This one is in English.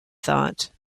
thought